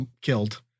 killed